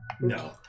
No